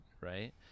Right